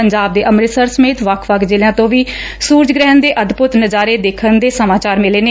ਪੰਜਾਬ ਦੇ ਅੰਮੁਤਸਰ ਸਮੇਤ ਵੱਖ ਵੱਖ ਜਿਲਿਆਂ ਤੋਂ ਵੀ ਸੁਰਜ ਗੁਹਿਣ ਦੇ ਅਦਭੁਤ ਨਜਾਰੇ ਦੇਖਣ ਦੇ ਸਮਾਚਾਰ ਮਿਲੇ ਨੇ